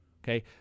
okay